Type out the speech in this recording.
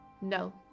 No